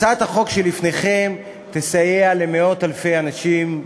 הצעת החוק שלפניהם תסייע למאות אלפי אנשים,